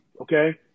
Okay